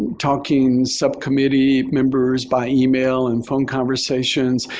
talking subcommittee members by email and phone conversations,